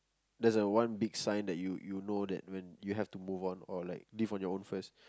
that's a one big sign that you you know that when you have to move on or like live on your own first